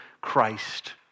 Christ